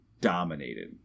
dominated